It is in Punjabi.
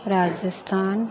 ਰਾਜਸਥਾਨ